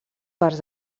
parts